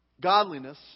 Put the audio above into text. godliness